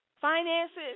Finances